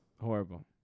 Horrible